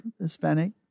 Hispanic